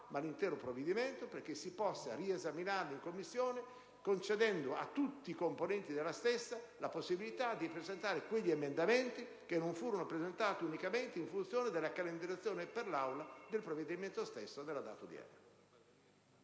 ma l'intero provvedimento, perché si possa riesaminarlo in quella sede. Si concederebbe a tutti i componenti della stessa la possibilità di presentare quegli emendamenti che non sono stati presentati unicamente in funzione della calendarizzazione per l'Aula del provvedimento nella data odierna.